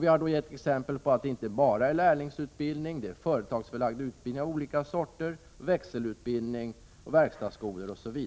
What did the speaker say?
Vi har gett exempel på att det inte bara gäller lärlingsutbildning, — det gäller företagsförlagd utbildning av olika slag, växelutbildning, verkstadsskolor osv.